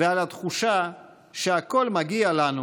ועל התחושה שהכול מגיע לנו